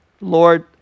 Lord